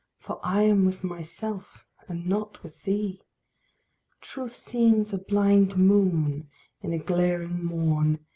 for i am with myself and not with thee truth seems a blind moon in a glaring morn,